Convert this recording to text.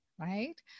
right